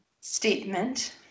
Statement